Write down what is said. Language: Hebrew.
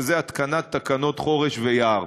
וזה התקנת תקנות חורש ויער.